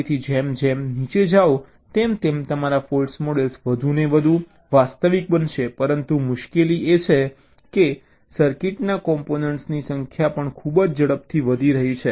તેથી જેમ જેમ નીચે જાઓ તેમ તેમ તમારા ફૉલ્ટ મોડલ્સ વધુ ને વધુ વાસ્તવિક બનશે પરંતુ મુશ્કેલી એ છે કે સર્કિટના કોમ્પોનન્ટ્સની સંખ્યા પણ ખૂબ જ ઝડપથી વધી રહી છે